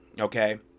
okay